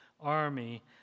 army